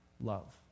love